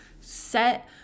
Set